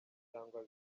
cyangwa